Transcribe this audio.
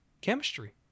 chemistry